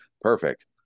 Perfect